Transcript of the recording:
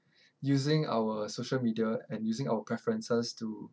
using our social media and using our preferences to